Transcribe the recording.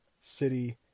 city